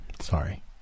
Sorry